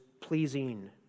pleasing